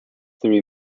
three